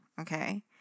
Okay